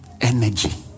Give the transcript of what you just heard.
energy